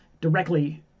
directly